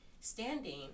standing